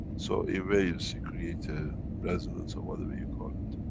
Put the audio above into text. so, in waves you create a resonance or whatever you call it.